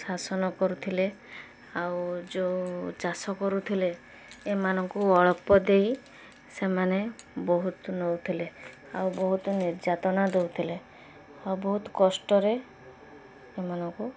ଶାସନ କରୁଥିଲେ ଆଉ ଯଉ ଚାଷ କରୁଥିଲେ ଏମାନଙ୍କୁ ଅଳ୍ପ ଦେଇ ସେମାନେ ବହୁତ ନେଉଥିଲେ ଆଉ ବହୁତ ନିର୍ଯ୍ୟାତନା ଦେଉଥିଲେ ଆଉ ବହୁତ କଷ୍ଟରେ ଏମାନଙ୍କୁ